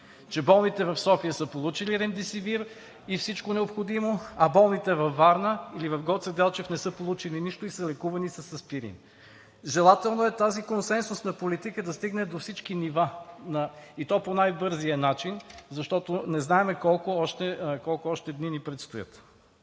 че болните в София са получили „Ремдесивир“ и всичко необходимо, а болните във Варна или в Гоце Делчев не са получили нищо и са лекувани с аспирин. Желателно е тази консенсусна политика да стигне до всички нива, и то по най-бързия начин, защото не знаем колко още дни ни предстоят.